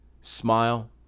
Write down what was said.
Smile